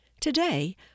Today